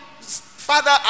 Father